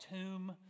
tomb